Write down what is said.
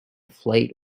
flight